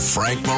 Frank